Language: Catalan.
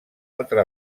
altra